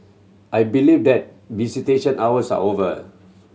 I believe that visitation hours are over